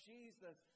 Jesus